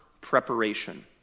preparation